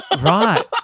Right